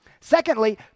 Secondly